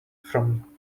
from